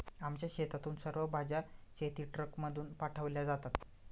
आमच्या शेतातून सर्व भाज्या शेतीट्रकमधून पाठवल्या जातात